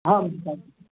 હા મ મેમ